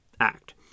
Act